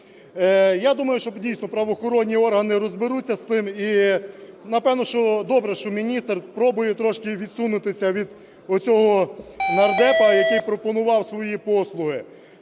Я думаю, що, дійсно, правоохоронні органи розберуться з цим. І напевне, що добре, що міністр пробує трошки відсунутися від цього нардепа, який пропонував свої послуги.